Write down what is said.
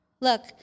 Look